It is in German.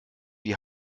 die